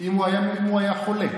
אם הוא היה חולה.